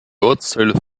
ortsteile